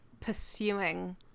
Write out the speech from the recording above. pursuing